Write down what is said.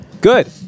Good